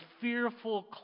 fearful